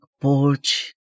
porch